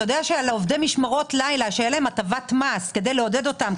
אתה יודע שעובדי משמרות לילה שהייתה להם הטבת מס כדי לעודד אותם,